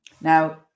Now